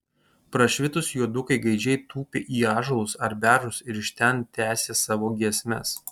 prašvitus juodukai gaidžiai tūpė į ąžuolus ar beržus ir iš ten tęsė savo giesmes